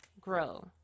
grow